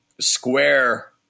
square